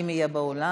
אם יהיה באולם.